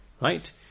Right